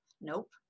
Nope